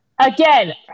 Again